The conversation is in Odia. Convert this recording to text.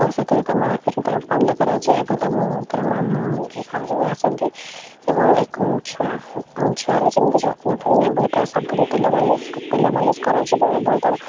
ସେଥିରେ ତା ମା' ତା'ର ପାଲ କରାଯାଏ ଏବଂ ତ ତା'ର ମାମୁଁ କି ଘରକୁ ଆସନ୍ତି ଏବଂ ଛୁଆ ଛୁଆର ଯେମିତି ଯତ୍ନ ହେବ ଏବଂ ତା'ର ସବୁଦିନ ତେଲ ତେଲ ମାଲିସ କରାଯିବ ଏବଂ ତା'ର